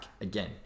again